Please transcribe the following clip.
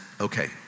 okay